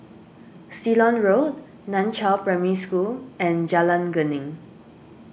Ceylon Road Nan Chiau Primary School and Jalan Geneng